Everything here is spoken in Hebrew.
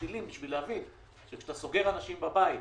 טילים בשביל להבין שכשאתה סוגר אנשים בבית,